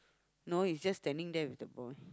no is just standing there with the ball